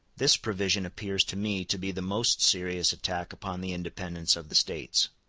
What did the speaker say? this provision appears to me to be the most serious attack upon the independence of the states.